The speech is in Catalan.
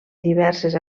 diverses